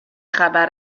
خبر